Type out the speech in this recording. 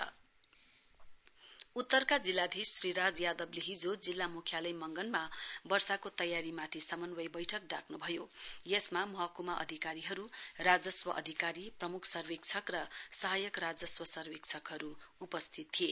monsoon meeting उत्तरका जिल्लाधीश श्री राज यादवले हिजो जिल्ला मुख्यालय मगनमा वर्षाको तयारी माथि समन्वय बैठक डाक्रभयो यसमा महकुमा अधिकारीहरू राजस्व अधिकारी प्रमुख सर्वेक्षक र सहायक राजस्व सर्वेक्षकहरू उपस्थित थिए